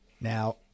Now